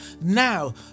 Now